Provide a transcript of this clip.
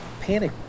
Panic